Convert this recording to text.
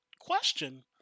question